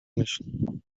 myśl